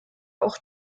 auch